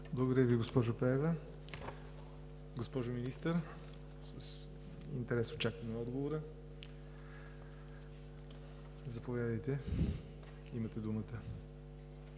Ви, госпожо Пеева. Госпожо Министър, с интерес очакваме отговора. Заповядайте, имате думата.